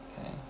Okay